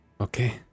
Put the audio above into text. okay